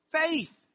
faith